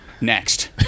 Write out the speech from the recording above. next